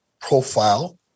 profile